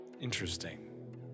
interesting